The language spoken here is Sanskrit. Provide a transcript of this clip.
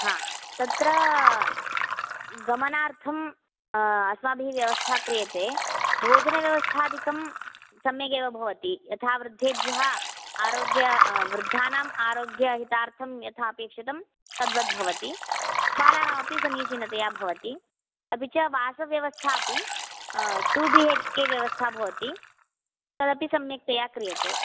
हा तत्र गमनार्थं अस्माभिः व्यवस्था क्रियते भोजनव्यवस्थादिकं सम्यगेव भवति यथा वृद्धेभ्यः आरोग्य वृद्धानाम् आरोग्यहितार्थं यथा अपेक्षितं तद्वद् भवति बालानामपि समीचीनतया भवति अपि च वासव्यवस्था अपि टु बी हेच् के व्यवस्था भवति तदपि सम्यक्तया क्रियते